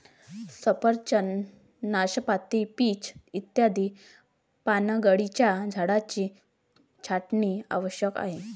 सफरचंद, नाशपाती, पीच इत्यादी पानगळीच्या झाडांची छाटणी आवश्यक आहे